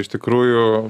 iš tikrųjų